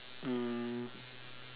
um